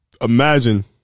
Imagine